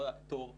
תור ב',